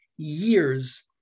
years